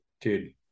dude